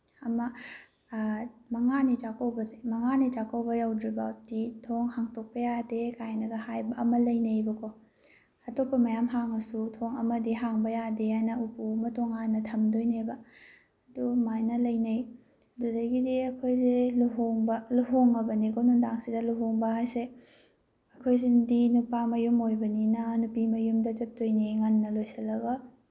ꯑꯃ ꯃꯉꯥꯅꯤ ꯆꯥꯛꯀꯧꯕꯁꯦ ꯃꯉꯥꯅꯤ ꯆꯥꯛꯀꯧꯕ ꯌꯧꯗ꯭ꯔꯤꯕꯥꯎꯗꯤ ꯊꯣꯡ ꯍꯥꯡꯇꯣꯛꯄ ꯌꯥꯗꯦ ꯀꯥꯏꯅ ꯍꯥꯏꯕ ꯑꯃ ꯂꯩꯅꯩꯕꯀꯣ ꯑꯇꯣꯞꯄ ꯃꯌꯥꯝ ꯍꯥꯡꯉꯁꯨ ꯊꯣꯡ ꯑꯃꯗꯤ ꯍꯥꯡꯕ ꯌꯥꯗꯦꯅ ꯎꯄꯨ ꯑꯃ ꯇꯣꯉꯥꯟꯅ ꯊꯝꯗꯣꯏꯅꯦꯕ ꯑꯗꯨꯃꯥꯏꯅ ꯂꯩꯅꯩ ꯑꯗꯨꯗꯩꯗꯤ ꯑꯩꯈꯣꯏꯁꯦ ꯂꯨꯍꯣꯡꯕ ꯂꯨꯍꯣꯡꯉꯕꯅꯤꯀꯣ ꯅꯨꯡꯗꯥꯡꯁꯤꯗ ꯂꯨꯍꯣꯡꯕ ꯍꯥꯏꯁꯦ ꯑꯩꯈꯣꯏ ꯁꯤꯗꯤ ꯅꯨꯄꯥ ꯃꯌꯨꯝ ꯑꯣꯏꯕꯅꯤꯅ ꯅꯨꯄꯤ ꯃꯌꯨꯝꯗ ꯆꯠꯇꯣꯏꯅꯤ ꯉꯟꯅ ꯂꯣꯏꯁꯤꯜꯂꯒ